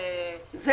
כל